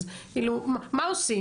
אז מה עושים?